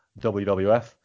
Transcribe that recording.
WWF